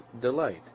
delight